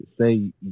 Say